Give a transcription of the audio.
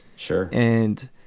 sure. and